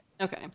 Okay